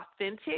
authentic